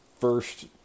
first